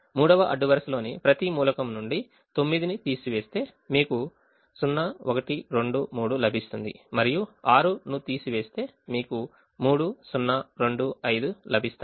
3వ అడ్డు వరుసలోని ప్రతి మూలకం నుండి 9 ను తీసివేస్తే మీకు 0 1 2 3 లభిస్తుంది మరియు 6 ను తీసివేస్తే మీకు 3 0 2 5 లభిస్తాయి